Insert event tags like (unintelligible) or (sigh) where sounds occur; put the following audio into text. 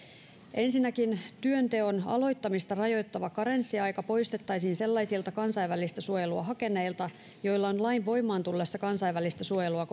ensinnäkin työnteon aloittamista rajoittava karenssiaika poistettaisiin sellaisilta kansainvälistä suojelua hakeneilta joilla on lain voimaan tullessa kansainvälistä suojelua (unintelligible)